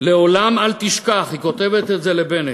לעולם אל תשכח, היא כותבת את זה לבנט,